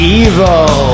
evil